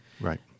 Right